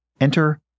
Enter